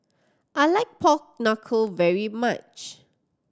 I like pork knuckle very much